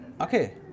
okay